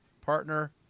partner